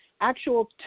actual